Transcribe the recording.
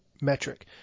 metric